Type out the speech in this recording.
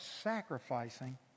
sacrificing